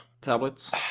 tablets